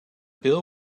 bill